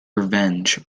revenge